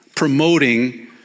Promoting